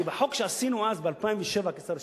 כי החוק שעשינו אז, ב-2007, כשר השיכון,